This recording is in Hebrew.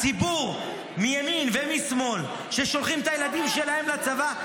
הציבור מימין ומשמאל ששולחים את הילדים שלהם לצבא,